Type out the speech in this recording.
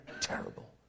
terrible